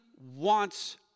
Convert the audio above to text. wants